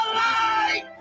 light